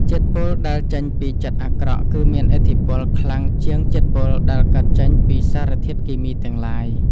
ជាតិពុលដែលចេញពីចិត្តអាក្រក់គឺមានឥទ្ធិពលខ្លាំងជាងជាតិពុលដែលកើតចេញពីសារធាតុគីមីទាំងឡាយ។